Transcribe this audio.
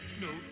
no